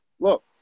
look